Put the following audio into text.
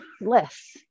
less